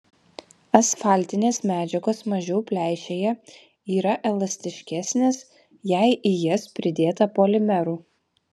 asfaltinės medžiagos mažiau pleišėja yra elastiškesnės jei į jas pridėta polimerų